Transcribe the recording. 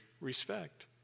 respect